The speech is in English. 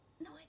No